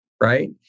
Right